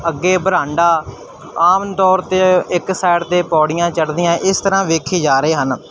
ਅੱਗੇ ਬਰਾਂਡਾ ਆਮ ਤੌਰ 'ਤੇ ਇੱਕ ਸਾਈਡ 'ਤੇ ਪੌੜੀਆਂ ਚੜ੍ਹਦੀਆਂ ਇਸ ਤਰ੍ਹਾਂ ਵੇਖੇ ਜਾ ਰਹੇ ਹਨ